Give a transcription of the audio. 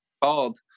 called